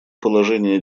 положение